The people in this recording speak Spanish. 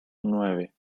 nueve